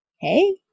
Hey